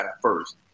first